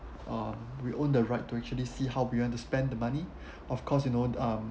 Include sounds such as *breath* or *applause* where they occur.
uh we own the right to actually see how you want to spend the money *breath* of course you know um